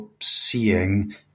seeing